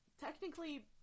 technically